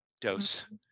dose